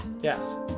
yes